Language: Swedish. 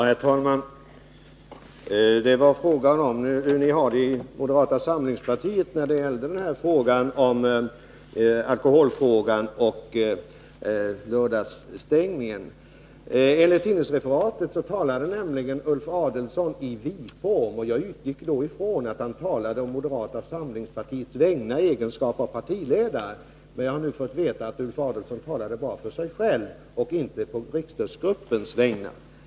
Herr talman! Det gällde hur ni har det inom moderata samlingspartiet beträffande alkoholfrågan och lördagsstängningen. Enligt tidningsreferatet talade nämligen Ulf Adelsohn i vi-form, och jag utgick då ifrån att han talade i egenskap av partiledare å moderata samlingspartiets vägnar. Jag har nu fått veta att Ulf Adelsohn talade bara för sig själv och inte å riksdagsgruppens vägnar.